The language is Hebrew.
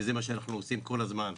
וזה מה שאנחנו עושים כל הזמן.